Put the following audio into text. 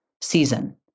season